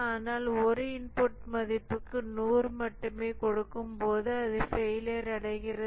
ஆனால் ஒரு இன்புட் மதிப்புக்கு 100 மட்டுமே கொடுக்கும்போது அது ஃபெயிலியர் அடைகிறது